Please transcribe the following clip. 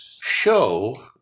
show